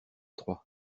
trois